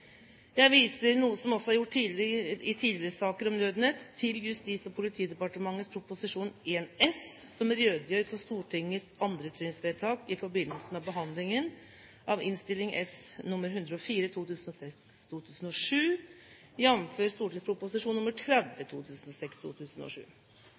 Jeg viser – noe som også er gjort i tidligere saker om Nødnett – til Justis- og politidepartementets Prop. 1 S, som redegjør for Stortingets 2-trinnsvedtak i forbindelse med behandlingen av Innst. S nr. 104